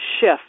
shift